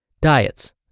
diets